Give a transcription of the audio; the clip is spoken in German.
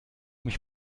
mich